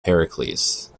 heracles